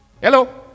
Hello